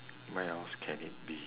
where else can it be